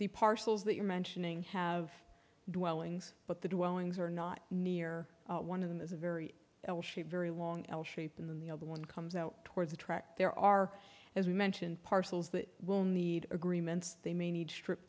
the parcels that you're mentioning have dwellings but the dwellings are not near one of them is a very very long l shape in the other one comes out towards the track there are as we mentioned parcels that will need agreements they may need strip